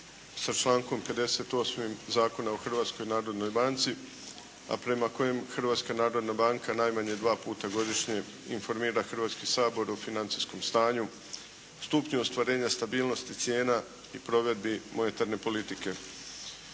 sa člankom 58. Zakona o Hrvatskoj narodnoj banci, a prema kojem Hrvatska narodna banka najmanje dva puta godišnje informira Hrvatski sabor o financijskom stanju, stupnju ostvarenja stabilnosti cijena i provedbi monetarne politike.